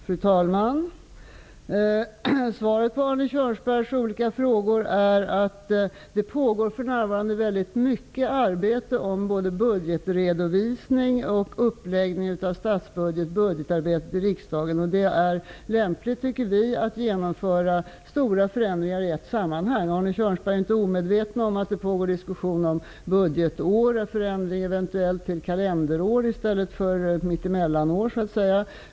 Fru talman! Svaret på Arne Kjörnsbergs olika frågor är att det för närvarande pågår väldigt mycket arbete som gäller budgetredovisning, uppläggning av statsbudget och budgetarbetet i riksdagen. Det är lämpligt, tycker vi, att genomföra stora förändringar i ett sammanhang. Arne Kjörnsberg är inte omedveten om att det pågår diskussion om en eventuell förändring från budgetår till kalenderår, i stället för mittemellanår.